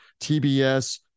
tbs